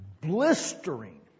blistering